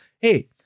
Hey